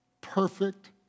perfect